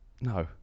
No